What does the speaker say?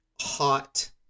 hot